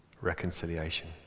reconciliation